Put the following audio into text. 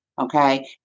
Okay